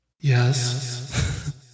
Yes